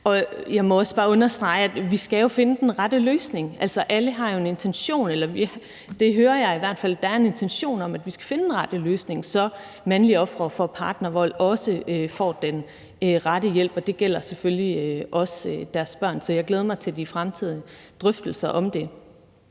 Jeg må også bare understrege, at vi skal finde den rette løsning. Altså, alle har jo en intention om, eller jeg hører i hvert fald, at der er en intention om, at vi skal finde den rette løsning, så mandlige ofre for partnervold også får den rette hjælp, og det gælder selvfølgelig også deres børn. Så jeg glæder mig til de fremtidige drøftelser om det.